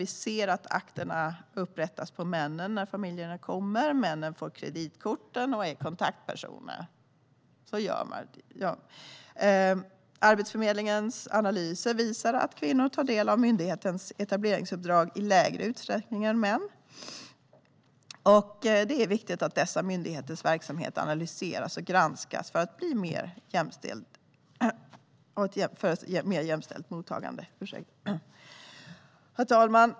Vi ser att akterna upprättas på männen när familjerna kommer liksom att männen får kreditkorten och är kontaktpersoner. Arbetsförmedlingens analyser visar att kvinnor tar del av myndighetens etableringsuppdrag i lägre utsträckning än män. Det är därför viktigt att dessa myndigheters verksamhet analyseras och granskas för att ge ett mer jämställt mottagande. Herr talman!